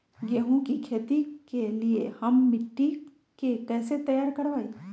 गेंहू की खेती के लिए हम मिट्टी के कैसे तैयार करवाई?